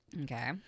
okay